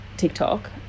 tiktok